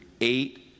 eight